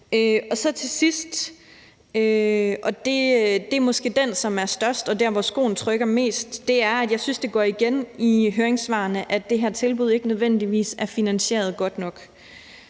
er der til sidst noget, og det er måske det største og der, hvor skoen trykker mest, og det er, at jeg synes, det i høringssvarene går igen, at det her tilbud ikke nødvendigvis er finansieret godt nok.